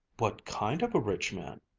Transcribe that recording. what kind of a rich man?